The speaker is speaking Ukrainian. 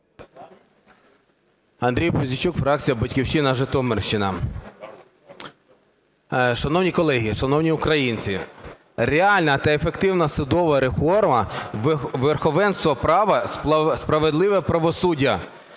Андрій Пузійчук, фракція "Батьківщина", Житомирщина. Шановні колеги, шановні українці, реальна та ефективна судова реформа, верховенство права, справедливе правосуддя